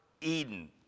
Eden